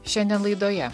šiandien laidoje